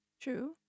True